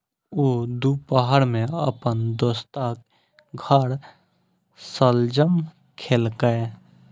ऊ दुपहर मे अपन दोस्तक घर शलजम खेलकै